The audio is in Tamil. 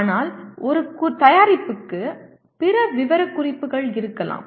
ஆனால் ஒரு தயாரிப்புக்கு பிற விவரக்குறிப்புகள் இருக்கலாம்